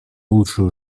лучшую